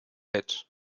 head